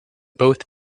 both